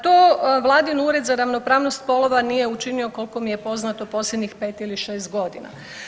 To vladin ured za ravnopravnost spolova nije učinio koliko mi je poznato posljednjih 5 ili 6 godina.